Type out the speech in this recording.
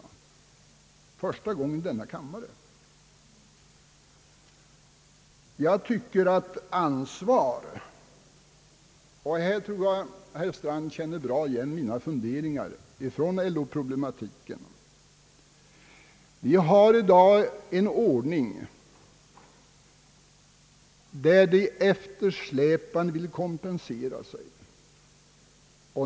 Vi har i dag i frå ga om lönesättningen ute på arbetsmarknaden en ordning — och jag tror att herr Strand känner igen mina funderingar när det gäller LO-problematiken — enligt vilken de eftersläpande vill kompensera sig.